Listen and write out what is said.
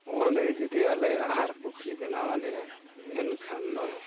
ᱚᱸᱰᱮ ᱡᱩᱫᱤ ᱟᱞᱮ ᱟᱦᱟᱨ ᱯᱩᱠᱷᱨᱤ ᱵᱮᱱᱟᱣ ᱟᱞᱮᱭᱟᱭ ᱮᱱᱠᱷᱟᱱ ᱫᱚ